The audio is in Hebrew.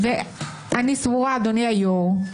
אני סבורה אדוני היושב-ראש,